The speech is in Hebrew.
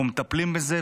אנחנו מטפלים בזה,